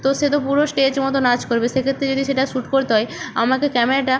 তো সে তো পুরো স্টেজ মতো নাচ করবে সেক্ষেত্রে যদি সেটা শুট করতে হয় আমাকে ক্যামেরাটা